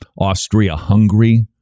Austria-Hungary